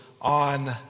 on